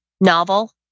novel